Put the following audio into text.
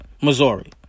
Missouri